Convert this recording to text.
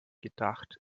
gedacht